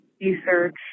research